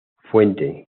fuente